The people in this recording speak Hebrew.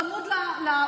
צמוד לעובד הזר.